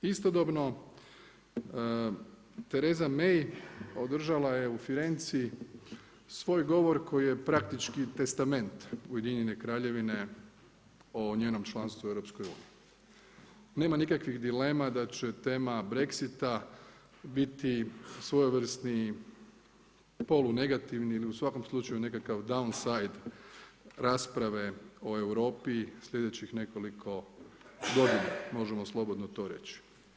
Istodobno, Theresa May održala je u Firenci svoj govor koji je praktički testament Ujedinjene Kraljevine o njenom članstvu u EU-u. nema nikakvih dilema da će tema Brexita biti svojevrsni polunegativni ili u svakom slučaju down side rasprave o Europi slijedećih nekoliko godina, možemo slobodno to reći.